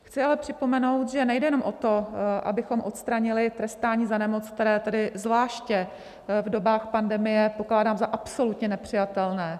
Chci ale připomenout, že nejde jenom o to, abychom odstranili trestání za nemoc, které tedy zvláště v dobách pandemie pokládám za absolutně nepřijatelné.